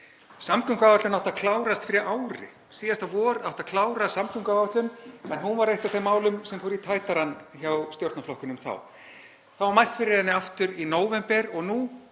Samgönguáætlun átti að klárast fyrir ári. Síðasta vor átti að klára samgönguáætlun en hún var eitt af þeim málum sem fóru í tætarann hjá stjórnarflokkunum þá. Það var mælt fyrir henni aftur í nóvember og nú